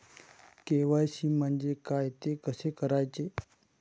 KYC म्हणजे काय? ते कसे करायचे?